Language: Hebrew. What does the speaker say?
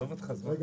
ברשותך,